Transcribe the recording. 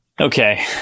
Okay